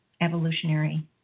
evolutionary